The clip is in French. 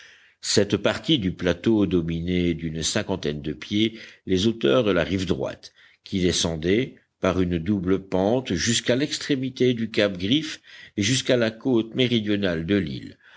cette partie du plateau dominait d'une cinquantaine de pieds les hauteurs de la rive droite qui descendaient par une double pente jusqu'à l'extrémité du cap griffe et jusqu'à la côte méridionale de l'île